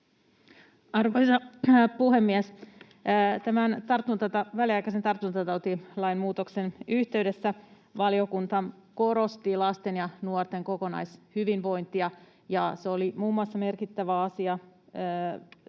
Arvoisa puhemies! Tämän väliaikaisen tartuntatautilain muutoksen yhteydessä valiokunta korosti lasten ja nuorten kokonaishyvinvointia. Se oli muun muassa merkittävä asia siihen,